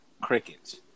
crickets